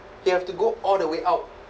he have to go all the way out